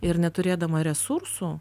ir neturėdama resursų